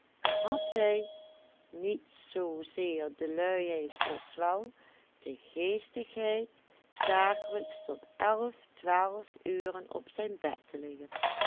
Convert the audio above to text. had hij niet zoo zeer de luiheid als wel de geestigheid dagelijks tot elf twaalf uren op zijn bed te liggen